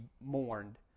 mourned